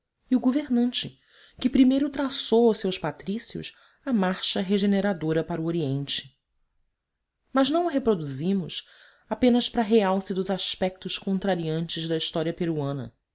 e o governante que primeiro traçou aos seus patrícios a marcha regeneradora para o oriente mas não o reproduzimos apenas para realce dos aspetos contrariantes da história peruana